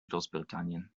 großbritannien